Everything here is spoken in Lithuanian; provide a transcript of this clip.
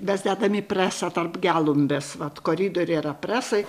mes dedam į presą tarp gelumbės vat koridoriai yra prastai